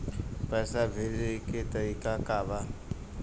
पैसा भेजे के तरीका का बा?